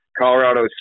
Colorado